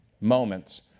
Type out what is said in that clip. moments